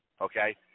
okay